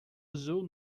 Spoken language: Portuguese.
azul